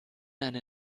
eine